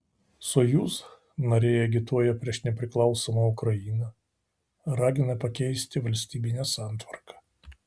sojuz nariai agituoja prieš nepriklausomą ukrainą ragina pakeisti valstybinę santvarką